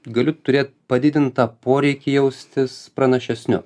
galiu turėt padidintą poreikį jaustis pranašesniu